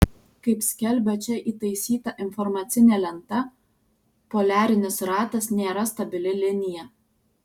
kaip skelbia čia įtaisyta informacinė lenta poliarinis ratas nėra stabili linija